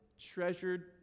treasured